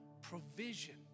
provision